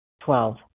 Twelve